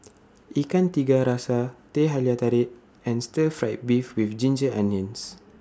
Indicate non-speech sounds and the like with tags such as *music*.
*noise* Ikan Tiga Rasa Teh Halia Tarik and Stir Fried Beef with Ginger Onions